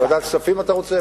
ועדת הכספים אתה רוצה?